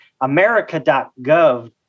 America.gov